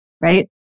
Right